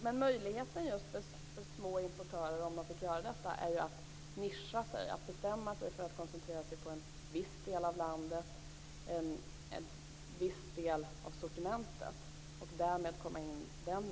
Men möjligheten just för små importörer om de fick göra detta vore ju att nischa sig, att bestämma sig för att koncentrera sig på en viss del av landet, en viss del av sortimentet, och att komma in den vägen.